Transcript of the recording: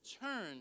turn